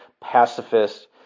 pacifist